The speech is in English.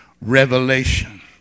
revelation